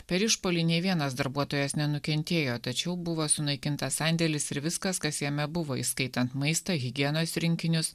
per išpuolį nei vienas darbuotojas nenukentėjo tačiau buvo sunaikintas sandėlis ir viskas kas jame buvo įskaitant maistą higienos rinkinius